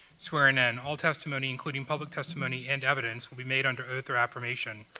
swearing in. all testimony, including public testimony and evidence, will be made under oath or affirmation.